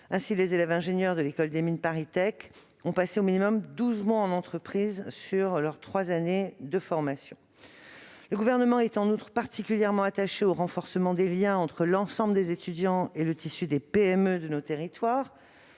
Ainsi, les élèves ingénieurs de l'École supérieure des Mines ParisTech passent au minimum douze mois en entreprise sur les trois années de formation. Le Gouvernement est par ailleurs attaché au renforcement des liens entre l'ensemble des étudiants et le tissu des PME de nos territoires.